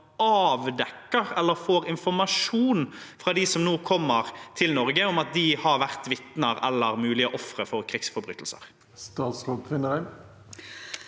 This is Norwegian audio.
man avdekker eller får informasjon fra dem som nå kommer til Norge, om at de har vært vitne til eller mulig offer for krigsforbrytelser? Statsråd Anne